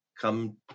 come